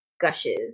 gushes